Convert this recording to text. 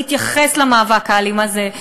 להתייחס למאבק הלא-אלים הזה,